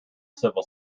civil